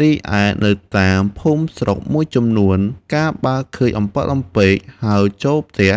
រីឯនៅតាមភូមិស្រុកមួយចំនួន កាលបើឃើញអំពិលអំពែកហើរចូលផ្ទះ